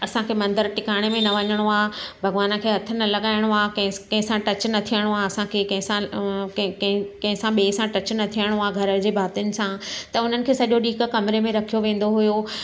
असांखे मंदर टिकाणे में न वञिणो आहे भॻवान खे हथ न लॻाइणो आहे के कंहिं सां टच न थियणो आहे असांखे कंहिं सां कंहिं सां ॿिए सां टच न थियणो आहे घर जे भातियुनि सां त उन्हनि खे सॼो ॾींहुं हिक कमरे में रखियो वेंदो हुओ